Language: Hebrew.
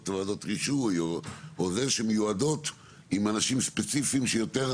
ועדות רישוי שמיועדות עם אנשים ספציפיים שיותר